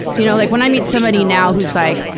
you know like, when i meet somebody now who's like,